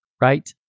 right